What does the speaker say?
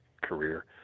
career